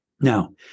Now